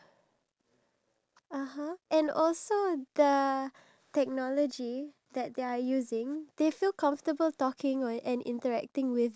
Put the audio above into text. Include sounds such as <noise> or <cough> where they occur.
whatever you say I'm not comfortable with it or whatever you say I feel hurt about it <breath> but if you interact with a laptop or a